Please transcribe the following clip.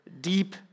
deep